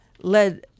led